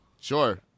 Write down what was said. Sure